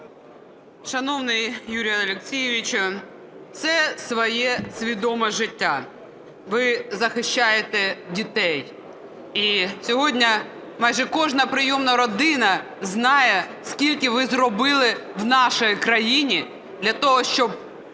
Шановний Юрію Олексійовичу! Все своє свідоме життя, ви захищаєте дітей. І сьогодні майже кожна прийомна родина знає, скільки ви зробили в нашій країні для того, щоб